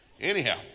Anyhow